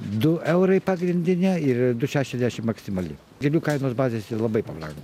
du eurai pagrindine ir du šešiasdešimt maksimali gėlių kainos bazėse labai pabrango